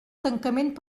tancament